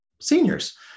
seniors